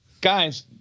guys